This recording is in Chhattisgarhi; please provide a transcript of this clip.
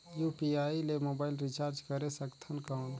यू.पी.आई ले मोबाइल रिचार्ज करे सकथन कौन?